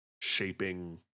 shaping